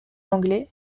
anglais